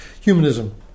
Humanism